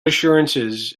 assurances